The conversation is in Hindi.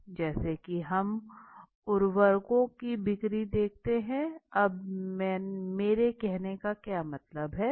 जैसे की हम उर्वरकों की बिक्री देखते हैं अब मेरे कहने का क्या मतलब है